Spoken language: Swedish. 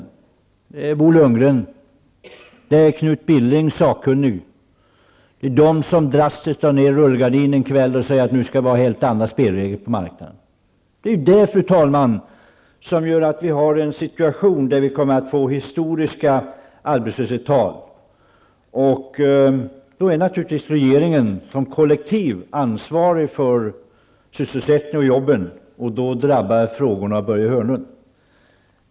Det är Bo Lundgren och Knut Billing, som är sakkunnig. Det är de som drastiskt drar ner rullgardinen och säger att det nu skall vara helt andra spelregler på marknaden. Det är det som gör att den här situationen har uppstått som kommer att leda till historiska arbetslöshetstal. Regeringen som kollektiv är naturligtvis ansvarig för sysselsättningen och jobben, och då drabbar frågorna Börje Hörnlund.